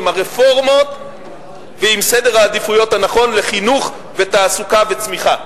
עם הרפורמות ועם סדר העדיפויות הנכון לחינוך ותעסוקה וצמיחה.